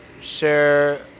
share